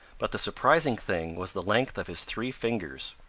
but the surprising thing was the length of his three fingers.